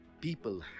people